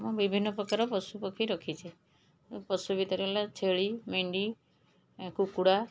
ମୁଁ ବିଭିନ୍ନ ପ୍ରକାର ପଶୁପକ୍ଷୀ ରଖିଛି ମୁଁ ପଶୁ ଭିତରେ ହେଲା ଛେଳି ମେଣ୍ଢି ଏଁ କୁକୁଡ଼ା